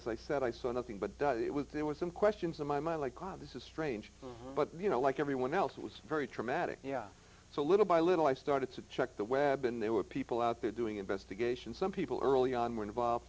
as i said i saw nothing but it was there was some questions in my mind like god this is strange but you know like everyone else it was very traumatic yeah so little by little i started to check the web and there were people out there doing investigations some people early on were involved